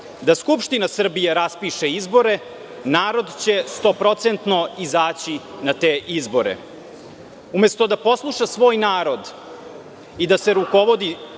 Da Skupština Srbije raspiše izbore, narod će stoprocentno izaći na te izbore. Umesto da posluša svoj narod i da se rukovodi